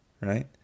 right